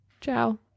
Ciao